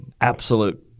absolute